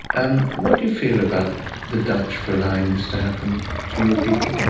um what do you feel about the dutch for allowing this to happen to your people?